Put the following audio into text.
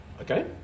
okay